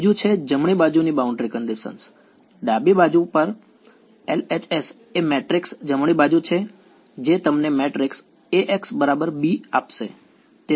ત્રીજું છે જમણી બાજુની બાઉન્ડ્રી કંડીશન ડાબી બાજુ હજુ પણ LHS એ મેટ્રિક્સ જમણી બાજુ છે જે તમને મેટ્રિક્સ Axb આપશે